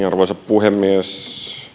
arvoisa puhemies